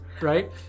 right